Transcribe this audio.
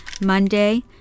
Monday